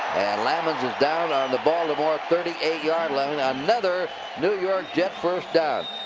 lammons is down on the baltimore thirty eight yard line. and another new york jet first down.